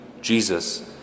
Jesus